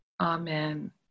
Amen